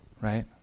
right